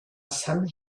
some